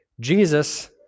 Jesus